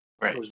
Right